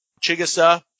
Chigusa